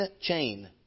chain